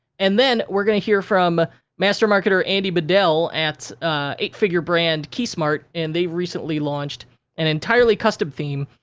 and then we're gonna hear from master marketer, andy bedell at eight-figure brand keysmart. and, they've recently launched an entirely custom theme.